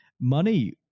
Money